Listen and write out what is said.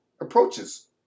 approaches